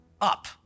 up